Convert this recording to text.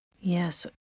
Yes